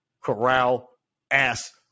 Corral-ass